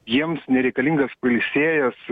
jiems nereikalingas pailsėjęs